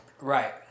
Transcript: Right